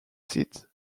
seat